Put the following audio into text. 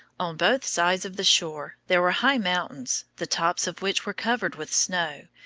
on both sides of the shore there were high mountains, the tops of which were covered with snow,